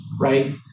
right